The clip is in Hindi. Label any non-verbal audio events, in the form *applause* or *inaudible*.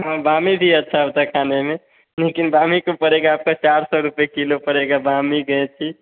हाँ बामी भी अच्छा होता है खाने में लेकिन बामी को पड़ेगा आपका चार सौ रुपए किलो पड़ेगा बामी के *unintelligible*